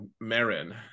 Marin